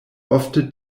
ofte